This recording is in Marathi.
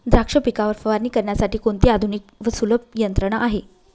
द्राक्ष पिकावर फवारणी करण्यासाठी कोणती आधुनिक व सुलभ यंत्रणा आहे?